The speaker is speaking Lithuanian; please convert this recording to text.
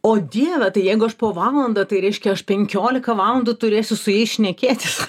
o dieve tai jeigu aš po valandą tai reiškia aš penkiolika valandų turėsiu su jais šnekėtis